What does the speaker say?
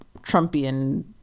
Trumpian